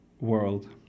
world